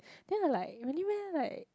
then I like really meh like